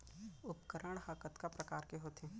उपकरण हा कतका प्रकार के होथे?